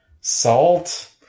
Salt